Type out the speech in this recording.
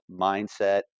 mindset